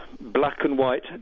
black-and-white